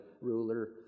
ruler